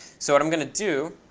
so what i'm going to do